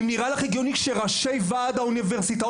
אם נראה לך הגיוני כשראשי וועד האוניברסיטאות